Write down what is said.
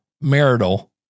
marital